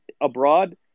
abroad